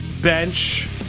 bench